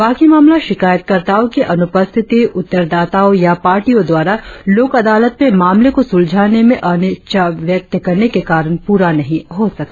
बाकि मामला शिकायतकर्ताओं की अनुपस्थिति उत्तरदाताओं या पार्टीयों द्वारा लोक अदालत में मामले को सुलझाने में अनिच्छा व्यक्त करने के कारण पूरा नहीं हो सका